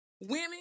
Women